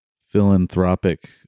philanthropic